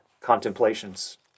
contemplations